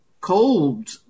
cold